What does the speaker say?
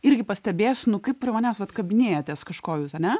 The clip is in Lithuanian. irgi pastebėsiu nu kaip prie manęs vat kabinėjatės kažko jūs ane